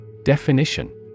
Definition